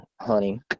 hunting